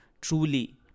truly